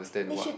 they should